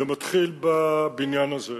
זה מתחיל בבניין הזה,